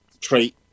trait